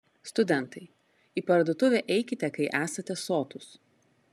studentai į parduotuvę eikite kai esate sotūs